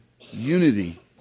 unity